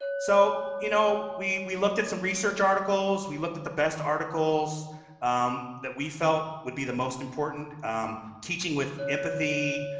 so you know we we looked at some research articles. we looked at the best articles that we felt would be the most important teaching with empathy,